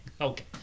Okay